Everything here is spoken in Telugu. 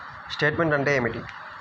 స్టేట్మెంట్ అంటే ఏమిటి?